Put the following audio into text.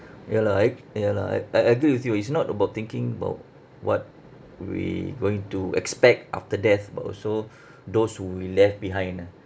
ya lah I ya lah I I agree with you it's not about thinking about what we going to expect after death but also those who we left behind ah